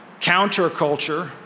counterculture